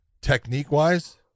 technique-wise